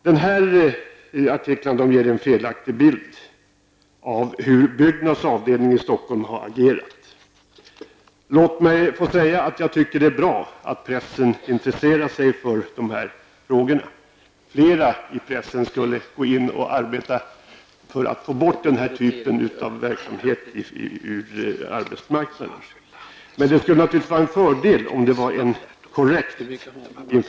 De här artiklarna ger en felaktig bild av hur Byggnads avdelning i Stockholm har agerat. Låt mig få säga att jag tycker att det är bra att pressen intresserar sig för de här frågorna. Flera i pressen skulle gå in och arbeta för att få bort den här typen av verksamhet från arbetsmarknaden, men det skulle naturligtvis vara en fördel om informationen var korrekt.